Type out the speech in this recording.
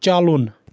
چلُن